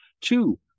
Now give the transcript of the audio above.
Two